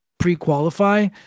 pre-qualify